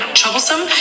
troublesome